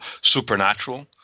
Supernatural